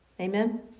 Amen